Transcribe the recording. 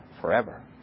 forever